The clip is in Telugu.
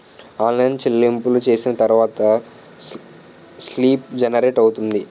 ఆన్లైన్ చెల్లింపులు చేసిన తర్వాత స్లిప్ జనరేట్ అవుతుంది